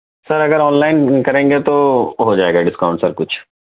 سر اگر online کریں گے تو ہو جائے گا ڈسکاؤنٹ سر کچھ